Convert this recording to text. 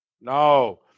no